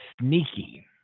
sneaky